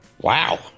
Wow